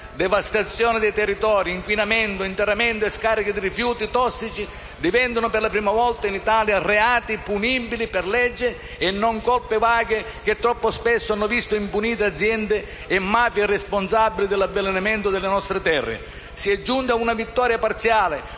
Devastazione dei territori, inquinamento, interramento e scarichi di rifiuti tossici diventano per la prima volta in Italia reati punibili per legge e non colpe vaghe, che troppo spesso hanno visto impunite aziende e mafie responsabili dell'avvelenamento delle nostre terre. Si è giunti ad una vittoria parziale,